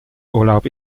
urlaub